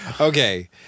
Okay